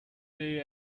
day